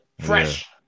fresh